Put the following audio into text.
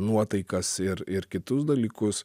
nuotaikas ir ir kitus dalykus